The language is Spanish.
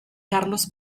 carlos